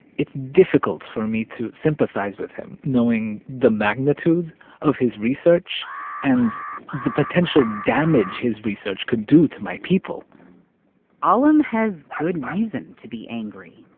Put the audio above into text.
it's difficult for me to sympathize with him knowing the magnitude of his research and the potential damage his research could do to my people alim has good reason to be angry.